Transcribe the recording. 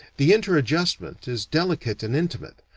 the interadjustment is delicate and intimate,